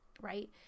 right